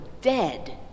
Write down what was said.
dead